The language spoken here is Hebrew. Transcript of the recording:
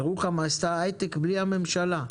ירוחם עשתה הייטק בלי הממשלה,